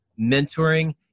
mentoring